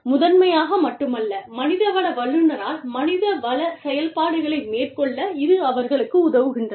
முதன்மையாக மட்டுமல்ல மனிதவள வல்லுநரால் மனிதவள செயல்பாடுகளை மேற்கொள்ள இது அவர்களுக்கு உதவுகின்றன